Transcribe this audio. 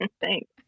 Thanks